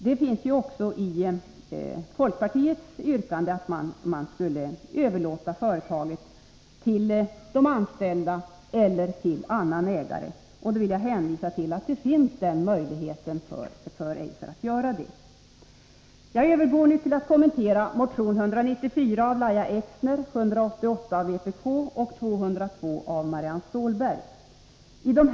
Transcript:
Det ingår också i folkpartiets yrkande att företaget skulle överlåtas till de anställda eller till annan ägare. Jag vill hänvisa till att den möjligheten finns. Jag övergår nu till att kommentera motion 194 av Lahja Exner m.fl., motion 188 från vpk och motion 202 av Marianne Stålberg m.fl.